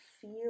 feel